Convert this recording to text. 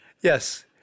Yes